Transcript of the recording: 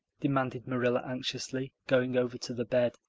demanded marilla anxiously, going over to the bed.